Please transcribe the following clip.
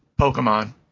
Pokemon